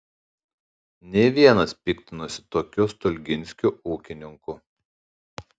ne vienas piktinosi tokiu stulginskiu ūkininku